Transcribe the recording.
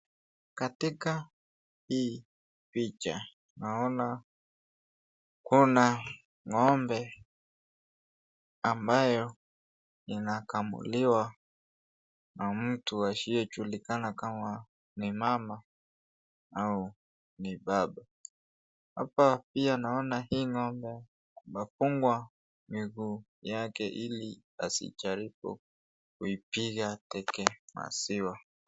Katika hii picha, naona kuna ng'ombe ambayo inakamuliwa na mtu asiyejulikana kama ni mama ama Ni baba hapa pia naona hii ng'ombe imefungwa miguu yake ili isijaribu kuipiga teke maziwa.